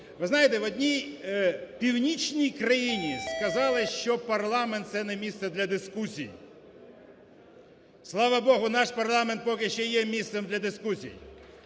Ви знаєте, в одній північній країні сказали, що парламент – це не місце для дискусій. Слава Богу, наш парламент поки що є місцем для дискусій.